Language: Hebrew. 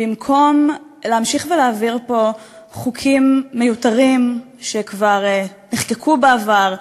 במקום להמשיך ולהעביר פה חוקים מיותרים שכבר נחקקו בעבר,